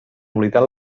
oblidat